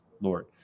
Lord